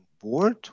Board